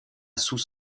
sous